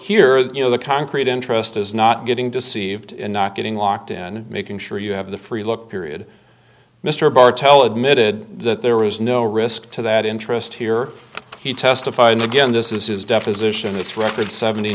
that you know the concrete interest is not getting deceived in not getting locked in making sure you have the free look period mr barr tell admitted that there was no risk to that interest here he testified and again this is his deposition its record seventy